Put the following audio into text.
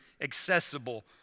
accessible